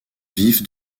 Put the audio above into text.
vif